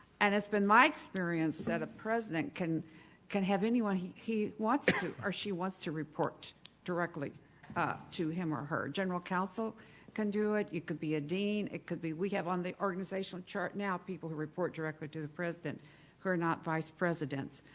and it's been my experience that a president can can have anyone he he wants to or she wants to report directly ah to him or her. general counsel can do it. it could be a dean, it could be we have on the organizational chart now people who report directly to the president who are not vice presidents,